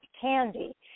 Candy